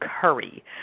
curry